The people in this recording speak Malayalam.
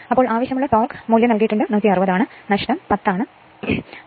അതായത് ആവശ്യമുള്ള ഭ്രമണം 160 എന്ന് നൽകിയിരിക്കുന്നു അതുപോലെ തന്നെ നഷ്ടം എന്ന് ഉള്ളത് 10 ആണ്